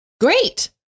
great